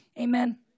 Amen